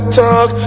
talk